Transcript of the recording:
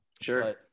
sure